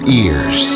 ears